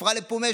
עפרא לפומיה,